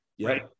right